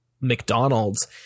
McDonald's